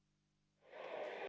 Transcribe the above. Дякую